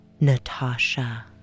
Natasha